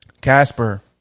Casper